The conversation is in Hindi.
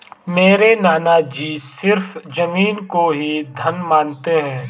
मेरे नाना जी सिर्फ जमीन को ही धन मानते हैं